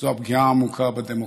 זו הפגיעה העמוקה בדמוקרטיה.